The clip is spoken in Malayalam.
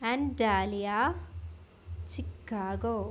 Antalya Chicago